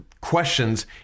questions